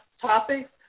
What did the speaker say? topics